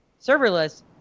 serverless